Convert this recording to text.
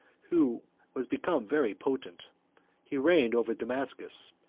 who was become very potent he reigned over damascus,